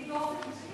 לי באופן אישי?